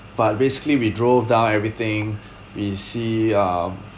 but basically we drove down everything we see um